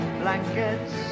blankets